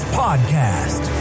podcast